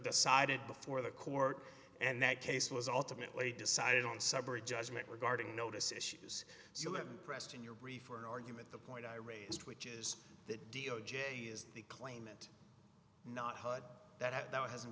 decided before the court and that case was ultimately decided on separate judgment regarding notice issues pressed in your brief for an argument the point i raised which is that d o j is the claimant not hud that hasn't